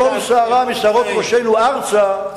גם כאן הסורים צריכים לדעת שאם תיפול שערה משערות ראשינו ארצה,